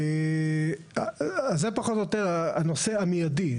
זה פחות או יותר הנושא המיידי.